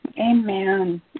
Amen